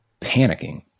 panicking